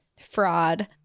fraud